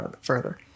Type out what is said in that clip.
further